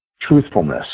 truthfulness